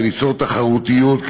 וליצור תחרותיות,